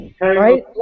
Right